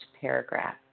paragraph